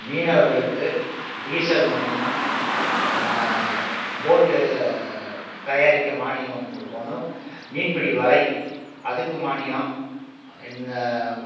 மீனவர்களுக்கு டீசல் மானியம் போட் தயாரிக்க மானியம் குடுக்கணும் மீன் பிடி வலை அதுக்கு மானியம் இன்ன